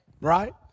right